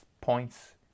points